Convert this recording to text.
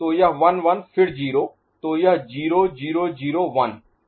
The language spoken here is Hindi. तो यह 1 1 फिर 0 तो यह 0 0 0 1